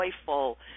joyful